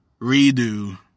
redo